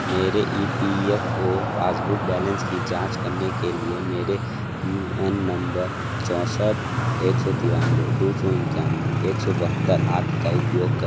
मेरे E P F O passbook balance की जाँच करने के लिए मेरे यू ए एन नंबर चौसठ एक सौ तिरानवे दौ सौ इक्यानवे एक सौ बहत्तर आठ का उपयोग करें